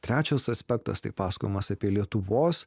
trečias aspektas tai pasakojimas apie lietuvos